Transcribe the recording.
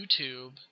YouTube